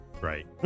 right